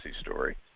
story